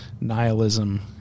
nihilism